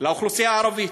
לאוכלוסייה הערבית,